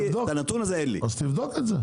אז תבדוק את זה.